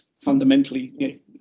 fundamentally